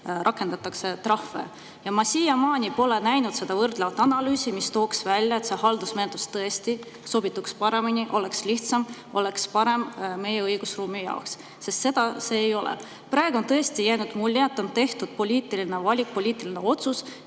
rakendatakse trahve. Ja ma siiamaani pole näinud võrdlevat analüüsi, mis tooks välja, et see haldusmenetlusse tõesti sobiks paremini, oleks lihtsam, oleks parem meie õigusruumi seisukohalt. Seda [analüüsi] ei ole. Praegu on tõesti jäänud mulje, et on tehtud poliitiline valik, poliitiline otsus,